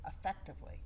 effectively